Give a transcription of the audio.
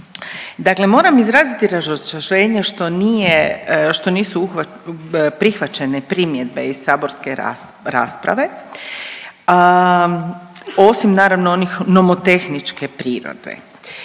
Dakle moram izraziti razočarenje što nije, što nisu prihvaćene primjedbe iz saborske rasprave, osim naravno onih nomotehničke prirode.